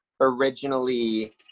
originally